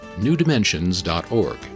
newdimensions.org